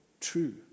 true